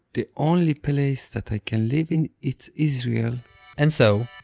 the only place that i can live in, it's israel and so,